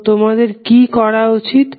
তো তোমাদের কি করা উচিত